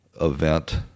event